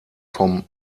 vom